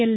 L